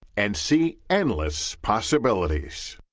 and see endless possibilities.